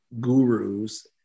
gurus